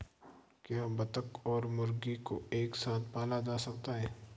क्या बत्तख और मुर्गी को एक साथ पाला जा सकता है?